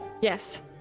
Yes